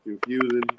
Confusing